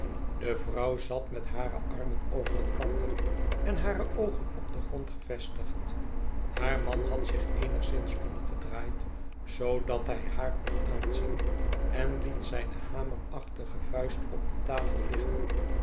de vrouw zat met hare armen over elkander en hare oogen op den grond gevestigd haar man had zich eenigszins omgedraaid zoodat hij haar kon aanzien en liet zijne hamerachtige vuist op de tafel liggen